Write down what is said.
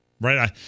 right